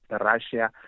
Russia